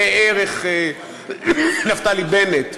ראה ערך נפתלי בנט,